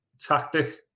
tactic